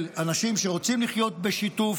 אנשים שרוצים לחיות בשיתוף,